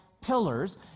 pillars